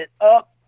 up